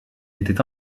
était